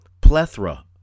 plethora